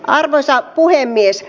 arvoisa puhemies